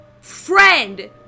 friend